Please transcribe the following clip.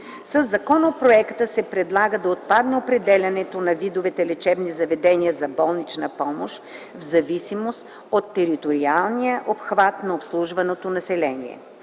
Със законопроекта се предлага да отпадне определянето на видовете лечебни заведения за болнична помощ в зависимост от териториалния обхват на обслужваното население.